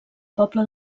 poble